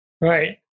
Right